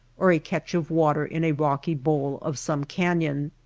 or a catch of water in a rocky bowl of some canyon.